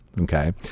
Okay